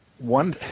one